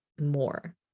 more